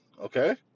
okay